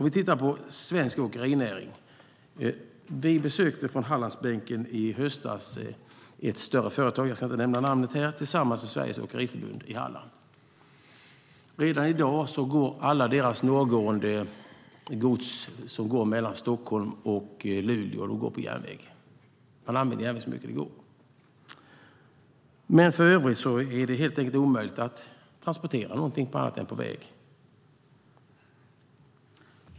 Vi från Hallandsbänken besökte i höstas ett större företag - jag ska inte nämna namnet här - tillsammans med Sveriges Åkeriföretag i Halland. Redan i dag går alla deras norrgående transporter mellan Stockholm och Luleå på järnväg. Man använder järnvägen så mycket som det går, men ofta är det omöjligt att transportera någonting annat än på väg.